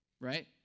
right